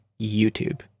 YouTube